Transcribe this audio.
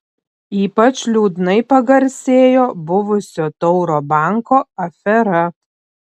ypač liūdnai pagarsėjo buvusio tauro banko afera